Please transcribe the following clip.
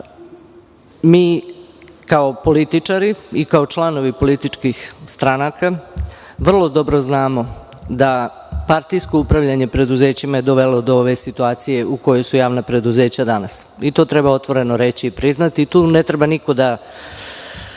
kao političari i kao članovi političkih stranaka, vrlo dobro znamo da je partijsko upravljanje u preduzećima dovelo do ove situacije u kojoj su javna preduzeća danas. To treba otvoreno reći i priznati. Tu ne treba niko da